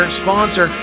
sponsor